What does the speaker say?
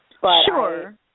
Sure